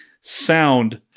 sound